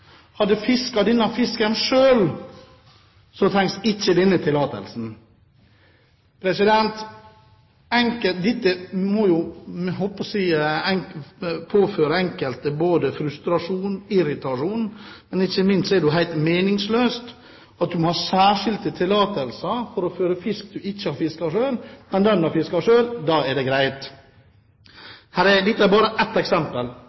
hadde fisket denne fisken selv, trengs ikke denne tillatelsen. Dette må jo påføre enkelte både frustrasjon, irritasjon, men ikke minst er det helt meningsløst at du må ha særskilte tillatelser for å føre fisk du ikke har fisket selv, mens har du fisket den selv, er det greit. Dette er bare ett eksempel.